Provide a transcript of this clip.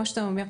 מה שאתה אומר.